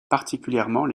particulièrement